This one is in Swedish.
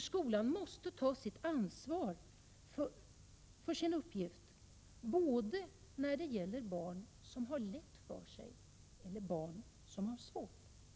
Skolan måste ta ansvar för sin uppgift, både när det gäller barn som har lätt för sig och när det gäller barn som har svårt för sig.